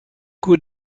coups